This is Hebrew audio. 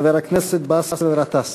חבר הכנסת באסל גטאס.